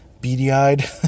beady-eyed